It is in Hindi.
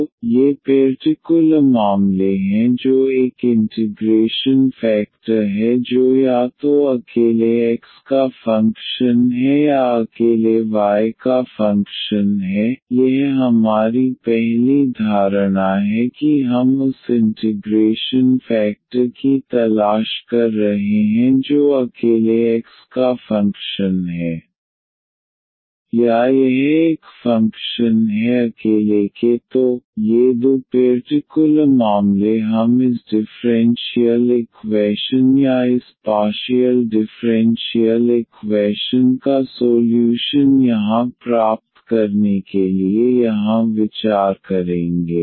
तो ये पेर्टिकुलर मामले हैं जो एक इंटिग्रेशन फेकटर है जो या तो अकेले x का फंक्शन है या अकेले y का फंक्शन है यह हमारी पहली धारणा है कि हम उस इंटिग्रेशन फेकटर की तलाश कर रहे हैं जो अकेले x का फंक्शन है या यह एक फंक्शन है अकेले के तो ये दो पेर्टिकुलर मामले हम इस डिफ़्रेंशियल इक्वैशन या इस पार्शियल डिफ़्रेंशियल इक्वैशन का सोल्यूशन यहां प्राप्त करने के लिए यहां विचार करेंगे